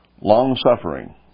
Long-suffering